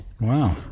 wow